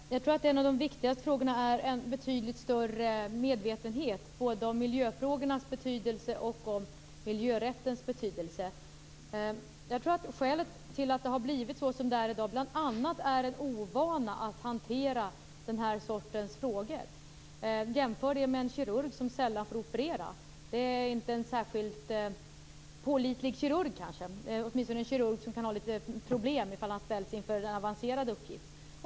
Fru talman! Jag tror att en av de viktigaste frågorna är en betydligt större medvetenhet, både om miljöfrågornas betydelse och om miljörättens betydelse. Jag tror att skälet till att det har blivit så som det är i dag bl.a. är en ovana att hantera den här sortens frågor. Vi kan jämföra med en kirurg som sällan får operera. En sådan kirurg är kanske inte särskilt pålitlig. Åtminstone kan han få litet problem, om han ställs inför en avancerad uppgift.